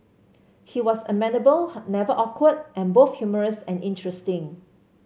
he was amenable never awkward and both humorous and interesting